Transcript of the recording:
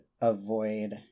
avoid